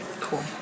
Cool